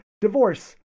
divorce